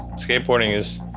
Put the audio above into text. skateboarding is,